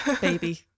baby